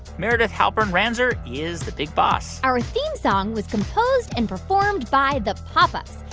meredith halpern-ranzer is the big boss our theme song was composed and performed by the pop ups.